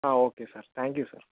okay sir thank you sir